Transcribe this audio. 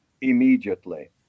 immediately